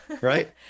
right